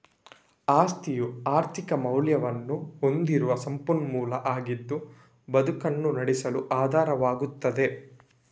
ಆಸ್ತಿಯು ಆರ್ಥಿಕ ಮೌಲ್ಯವನ್ನ ಹೊಂದಿರುವ ಸಂಪನ್ಮೂಲ ಆಗಿದ್ದು ಬದುಕನ್ನ ನಡೆಸಲು ಆಧಾರವಾಗ್ತದೆ